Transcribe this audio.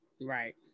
right